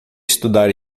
estudar